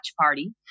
party